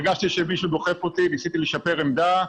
הרגשתי שמישהו דוחף אותי, ניסיתי לשפר עמדה,